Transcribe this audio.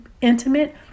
intimate